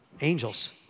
Angels